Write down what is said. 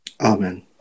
Amen